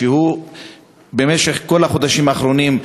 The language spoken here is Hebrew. שבמשך כל החודשים האחרונים,